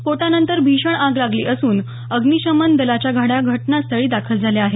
स्फोटानंतर भीषण आग लागली असून अग्निशमन दलाच्या गाड्या घटनास्थळी दाखल झाल्या आहेत